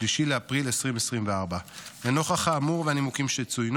3 באפריל 2024. לנוכח האמור והנימוקים שצוינו